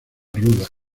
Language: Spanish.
ruda